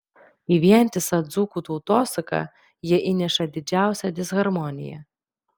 į vientisą dzūkų tautosaką jie įneša didžiausią disharmoniją